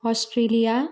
Australia